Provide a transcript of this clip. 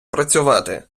працювати